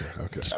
okay